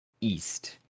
east